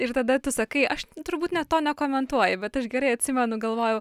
ir tada tu sakai aš turbūt net to nekomentuoji bet aš gerai atsimenu galvojau